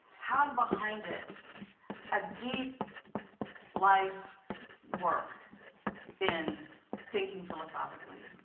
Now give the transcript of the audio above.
has behind it a deep life work in thinking philosophically.